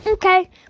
Okay